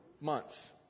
months